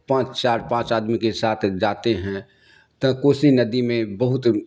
پانچ چار پانچ آدمی کے ساتھ جاتے ہیں تو کوسی ندی میں بہت